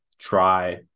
try